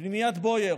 פנימיית בויאר,